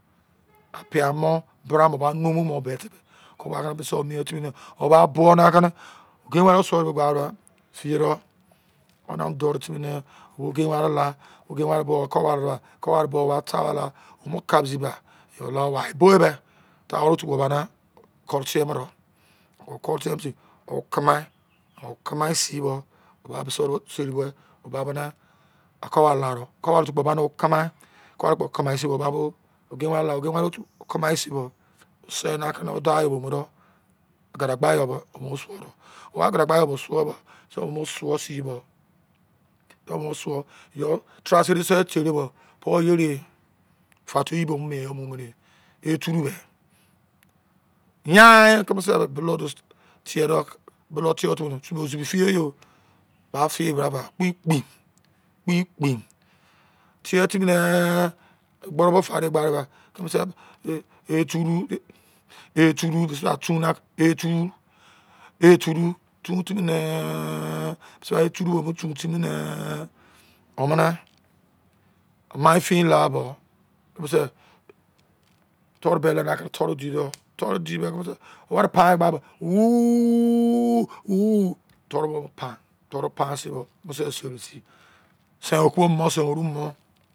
Opia mo bra mo ba mumu mo bẹ te be kobo ba suo mien timi ne o ba bo na kene oge ware do suo gba do fe dou o ne on dure timi ne oge ware la oge ware kpo ko ware bo tawa la emu ka zi ba dolo wa bo be tare otu bo amene kore tie mo do o koro tie mo sin o kamai oka mai sin ba bo mise yo do seri be o ba bo ne oko ware laro oka ware otu kpo ba wo kamai sin bo woba bo oge ware la oge ware otu okamai sin bo se na ke o dau yo ke mu dou, agadagba yo ke wo mu suo do mene wo agadagba yo suo bo so wo mo suo sin bo yo suwa suo tero bo po yere ye fa tei ke wo mo mien yo mu mene ye turu wei yain keme se bulou te otu ozi feye o ba fe bra ba kpin kpin tiye timi nee ogboro ba fe de gba de ba keme se a turu a turu mise bra tun ne a turu tun timinee mise bra a turu wo mo tun timi nee o mene ma fin la bo kemese toro bele ka toro di dou toro di de keme si were pai e be bo me wuu wuu toro bo pai toro pai sin bo keme se seri sin se okubo mosin oru mo